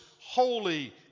holy